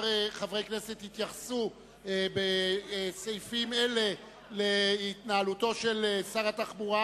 חברי כנסת התייחסו בסעיפים אלה להתנהלותו של שר התחבורה,